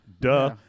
duh